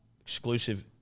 exclusive